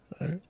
right